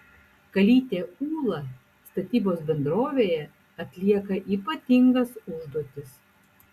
kalytė ūla statybos bendrovėje atlieka ypatingas užduotis